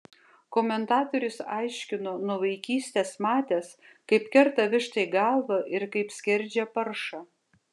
komentatorius aiškino nuo vaikystės matęs kaip kerta vištai galvą ir kaip skerdžia paršą